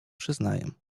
przyznaję